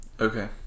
Okay